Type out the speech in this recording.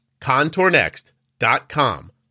contournext.com